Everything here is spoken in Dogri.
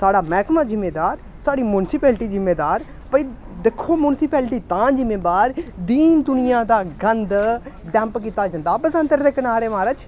साढ़ा मैह्कमा जिम्मेदार साढ़ी म्युनीसीप्लटी जिम्मेदार भाई दिक्खो म्यूनिसीप्लटी तां जिम्मेबार दीन दुनिया दा गंद डंप कीता जंदा बसंतर दे किनारे म्हाराज